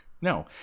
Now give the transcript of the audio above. No